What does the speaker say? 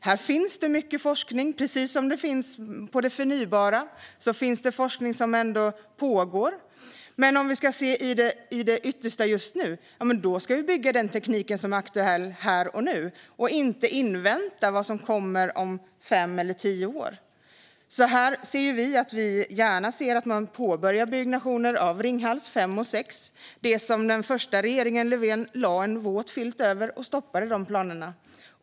Här finns det mycket forskning, och precis som när det gäller det förnybara finns det forskning som pågår. Om vi ska se till det yttersta just nu ska vi bygga den teknik som är aktuell här och nu och inte invänta vad som kommer om fem eller tio år. Kristdemokraterna ser gärna att man påbörjar byggnation av Ringhals 5 och 6. Den första Löfvenregeringen lade en våt filt över dessa planer och stoppade dem.